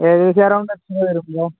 ഏകദേശം അറൗണ്ട് എത്ര വരും